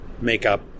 makeup